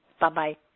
Bye-bye